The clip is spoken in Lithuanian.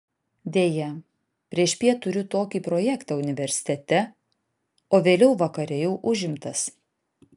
deja priešpiet turiu tokį projektą universitete o vėliau vakare jau užimtas